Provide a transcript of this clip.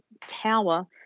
tower